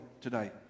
today